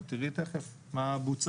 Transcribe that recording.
את תראי תיכף מה בוצע,